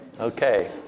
Okay